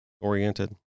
oriented